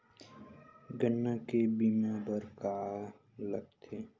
गन्ना के बीमा बर का का लगथे?